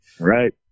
Right